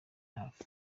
hafi